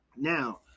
Now